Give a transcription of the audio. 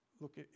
look